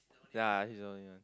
ya he's the only one